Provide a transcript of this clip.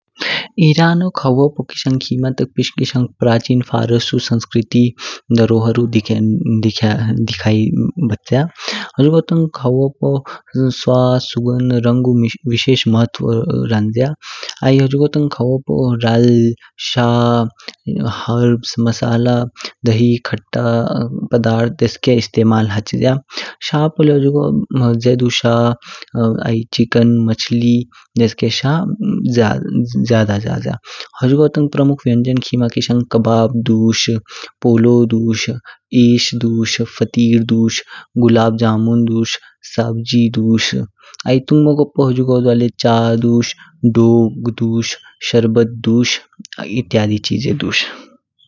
ईरानू खवू पू किशंग खिमा ता किशंग प्राचीन फ़ारसू संस्कृति दरोहारू दिखे दिखानीं बच्या। हुजुगो तंग कवू पू स्वाद, सुगंध, रंगू विशेष महत्व रंजया। आई हुजुगो तंग खवू पू राल, शा, हर्ब्स, दही, खट्टा पदार्थ देशके इस्तेेमाल हाचिज्या। शा पू ले हुजुगो जेड़ू शा, चिकेन, माछली देशके शा जा जाज्या। हुजुगो प्रमुख वयंजन कीमा किसंग कबाब दुष, पोलो दुष, इश दुष, फटीड दुष, गुलाब जामुन दुष, सब्जी दुष। आई तुंगमगो पू हुजुगो द्वा लैय चा दुष, दूध दुष, शरबत दुष आई इत्यादि चीज़े दुष।